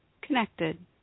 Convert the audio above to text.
connected